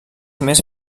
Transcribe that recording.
més